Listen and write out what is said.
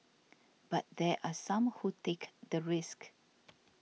but there are some who take the risk